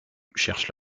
cherchent